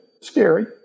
scary